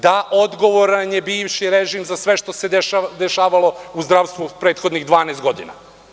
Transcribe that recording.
Da, odgovoran je bivši režim za sve što se dešavalo u zdravstvu prethodnih 12 godina.